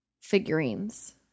figurines